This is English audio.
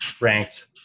ranked